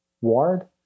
ward